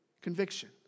conviction